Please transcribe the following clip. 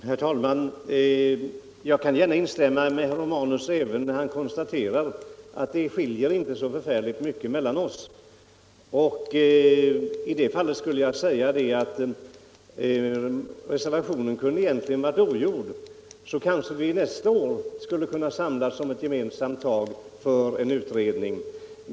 Herr talman! Jag kan instämma i herr Romanus konstaterande att det egentligen inte är så förfärligt stor skillnad i våra uppfattningar. Reservationen kunde därför ha varit oskriven. Nästa år kan vi kanske samlas om gemensamma tag för en utredning.